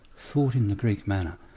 thought in the greek manner.